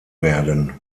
werden